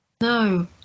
No